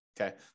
Okay